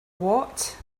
what